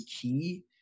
key